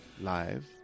live